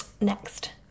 next